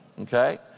Okay